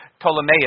Ptolemaeus